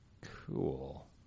Cool